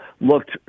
looked